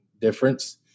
difference